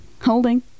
holding